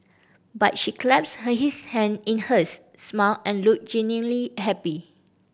but she clasped his hand in hers smiled and looked genuinely happy